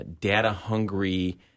data-hungry